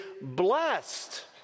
blessed